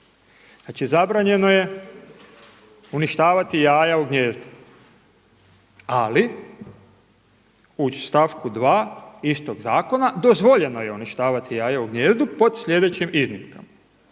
Znači zabranjeno je uništavati jaja u gnijezdu, ali u stavku 2. istog zakona, dozvoljeno je uništavati jaja u gnijezdu pod sljedećim iznimkama.